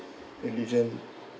religion